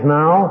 now